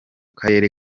karere